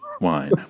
wine